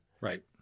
Right